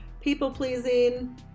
people-pleasing